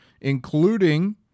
including